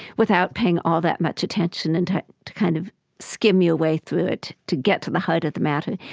without paying all that much attention and to kind of skim you away through it, to get to the heart of the matter.